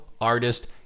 artist